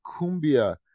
cumbia